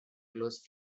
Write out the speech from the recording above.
close